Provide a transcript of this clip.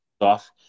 off